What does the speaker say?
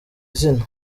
zina